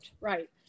right